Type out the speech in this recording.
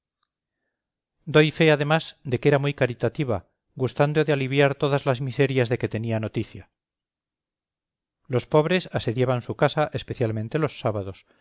doy fe además de que era muy caritativa gustando de aliviar todas las miserias de que tenía noticia los pobres asediaban su casa especialmente los sábados